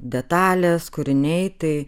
detalės kūriniai tai